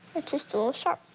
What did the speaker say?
it's just a little sharp,